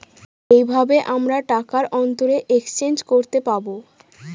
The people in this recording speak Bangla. এইভাবে আমরা টাকার অন্তরে এক্সচেঞ্জ করতে পাবো